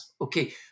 Okay